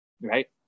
Right